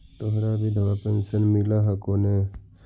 तोहरा विधवा पेन्शन मिलहको ने?